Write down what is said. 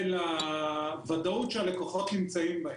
ולוודאות שהלקוחות נמצאים בה.